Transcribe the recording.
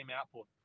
output